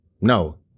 No